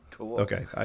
Okay